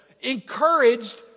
encouraged